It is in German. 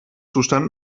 zustand